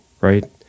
right